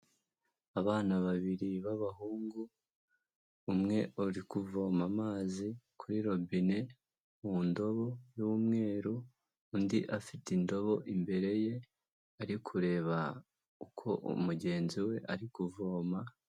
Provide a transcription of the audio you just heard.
Abana babiri b'abahungu, umwe ari kuvoma amazi kuri robine mu ndobo y'umweru, undi afite indobo imbere ye, ari kureba uko uwo mugenzi we ari kuvoma.